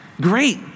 Great